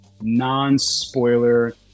non-spoiler